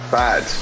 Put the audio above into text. bad